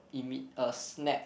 imme~ a snap